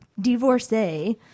divorcee